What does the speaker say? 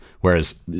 whereas